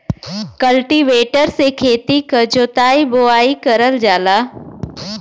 cultivator से खेती क जोताई बोवाई करल जाला